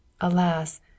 alas